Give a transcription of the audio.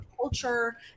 culture